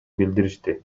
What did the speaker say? билдиришти